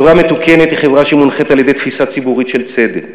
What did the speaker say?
חברה מתוקנת היא חברה שמונחית על-ידי תפיסה ציבורית של צדק,